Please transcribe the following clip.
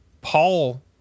Paul